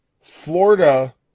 Florida